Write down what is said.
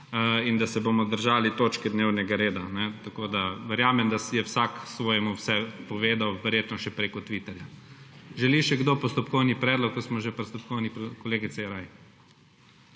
in da se bomo držali točke dnevnega reda, ne? Tako, da verjamem, da si je vsak svojemu vse povedal, verjetno še preko Twitterja. Želi še kdo postopkovni predlog, ko smo že pri postopkovnih predlogih?